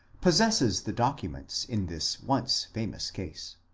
pos sesses the documents in this once famous case.